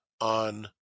on